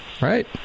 right